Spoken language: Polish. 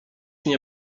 nie